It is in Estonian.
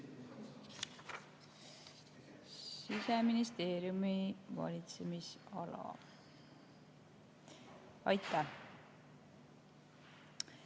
Siseministeeriumi valitsemisalas on